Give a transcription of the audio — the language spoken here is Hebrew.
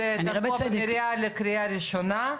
זה תקוע במליאה לקריאה ראשונה.